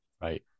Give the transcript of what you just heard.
Right